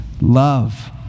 Love